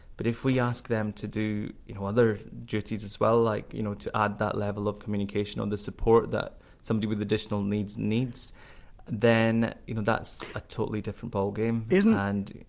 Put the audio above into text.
but if we ask them to do you know other duties as well, like you know to add that level of communication or the support that somebody with additional needs needs then you know that's a totally different ball game and,